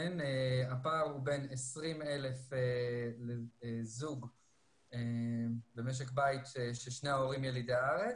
הפער הוא בין 20,000 לזוג במשק בית ששני ההורים ילידי הארץ,